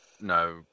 no